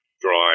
dry